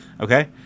Okay